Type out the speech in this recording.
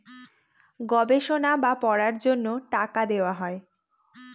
গবেষণা বা পড়ার জন্য টাকা দেওয়া হয়